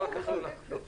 לא לקחנו לך כלום.